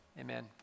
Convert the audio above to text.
amen